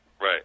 right